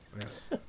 Yes